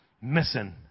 missing